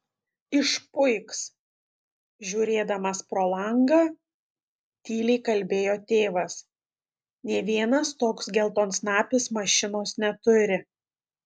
išpuiks žiūrėdamas pro langą tyliai kalbėjo tėvas nė vienas toks geltonsnapis mašinos neturi